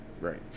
right